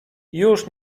już